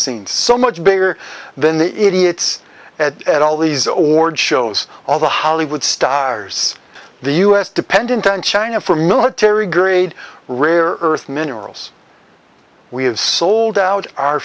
scenes so much bigger than the idiots at all these award shows all the hollywood stars the us dependent on china for military grade rare earth minerals we have sold out our